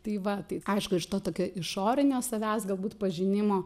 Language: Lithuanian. tai va tai aišku iš to tokio išorinio savęs galbūt pažinimo